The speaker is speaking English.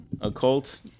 occult